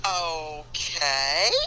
Okay